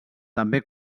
també